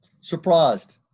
Surprised